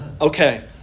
Okay